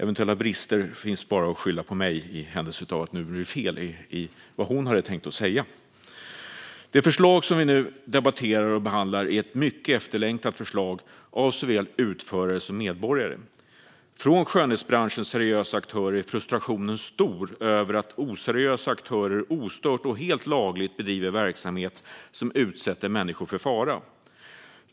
Eventuella brister kan bara skyllas på mig i händelse av att det blir något fel utifrån det hon hade tänkt säga. Det förslag vi nu debatterar och ska behandla är ett mycket efterlängtat förslag, av såväl utförare som medborgare. Bland skönhetsbranschens seriösa aktörer är frustrationen stor över att oseriösa aktörer ostört och helt lagligt bedriver verksamhet som utsätter människor för fara.